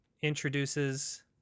introduces